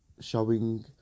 showing